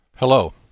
Hello